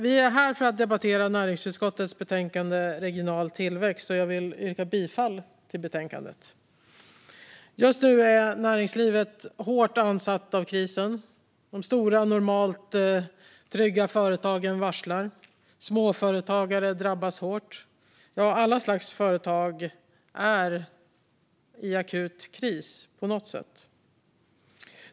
Vi är här för att debattera näringsutskottets betänkande Regional tillväxt politik . Jag yrkar bifall till utskottets förslag. Just nu är näringslivet hårt ansatt av krisen. Stora och normalt trygga företag varslar. Småföretagare drabbas hårt. Alla slags företag är i akut kris på något sätt.